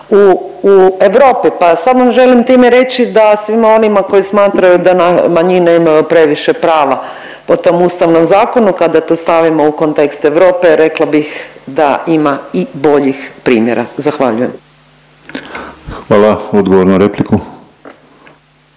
u Europi pa samo želim time reći da svima onima koji smatraju da manjine imaju previše prava po tom Ustavnom zakonu, kada to stavimo u kontekst Europe, rekla bih da ima i boljih primjera. Zahvaljujem. **Penava, Ivan (DP)**